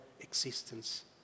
existence